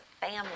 family